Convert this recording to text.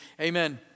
amen